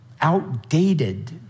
outdated